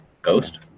ghost